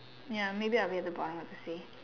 ya maybe I'll be at the bottom of the sea